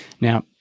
Now